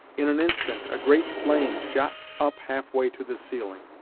in an instant a great flame shot up half way to the ceiling.